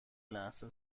لحظه